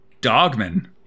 Dogman